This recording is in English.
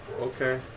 Okay